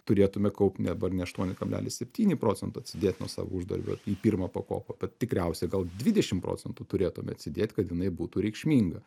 turėtume kaupt ne dabar aštuoni kablelis septyni procentų atsidėt nuo savo uždarbio į pirmą pakopą bet tikriausiai gal dvidešim procentų turėtume atsidėt kad jinai būtų reikšminga